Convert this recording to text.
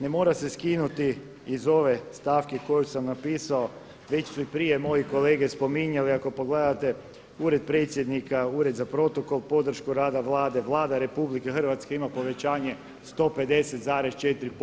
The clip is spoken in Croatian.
Ne mora se skinuti iz ove stavke koju sam napisao, već su i prije moji kolege spominjali ako pogledate Ured predsjednika, Ured za protokol, podršku rada Vlade, Vlada Republike Hrvatske ima povećanje 154,4%